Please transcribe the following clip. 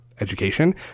Education